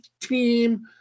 team